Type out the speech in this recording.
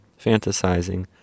fantasizing